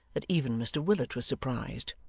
that even mr willet was surprised.